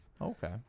Okay